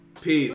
peace